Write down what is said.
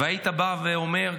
היית בא ואומר,